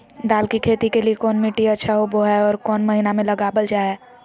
दाल की खेती के लिए कौन मिट्टी अच्छा होबो हाय और कौन महीना में लगाबल जा हाय?